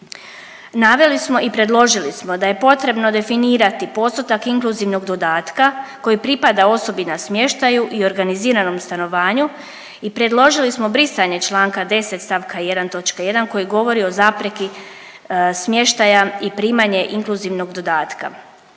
Naveli smo i predložili smo da je potrebno definirati postotak inkluzivnog dodatka koji pripada osobi na smještaju i organiziranom stanovanju i predložili smo brisanje članka 10. stavka 1. točke 1. koji govori o zapreki smještaja i primanje inkluzivnog dodatka,